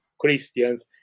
Christians